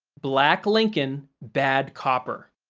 black lincoln bad copper.